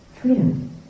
freedom